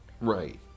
Right